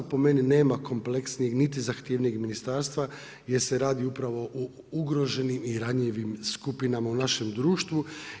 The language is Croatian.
Po meni nema kompleksnijeg niti zahtjevnijeg ministarstva jer se radi upravo o ugroženim i ranjivim skupinama u našem društvu.